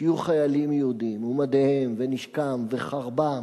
שיהיו חיילים יהודים ומדיהם ונשקם וחרבם